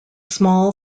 small